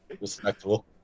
Respectful